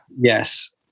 Yes